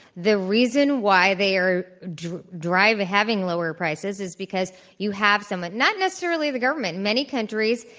the reason why they are drive drive having lower prices is because you have someone not necessarily the government. in many countries,